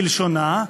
כלשונה,